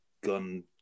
gun